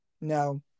No